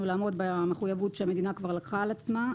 לעמוד במחויבות שהמדינה כבר לקחה על עצמה,